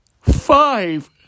five